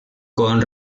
con